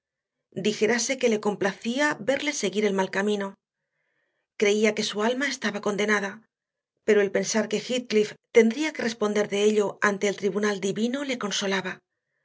respondía dijérase que le complacía verle seguir el mal camino creía que su alma estaba condenada pero el pensar que heathcliff tendría que responder de ello ante el tribunal divino le consolaba